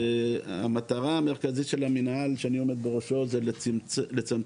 המטרה המרכזית של המנהל שאני עומד בראשו זה לצמצם